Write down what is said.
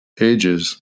ages